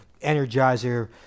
energizer